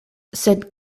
sed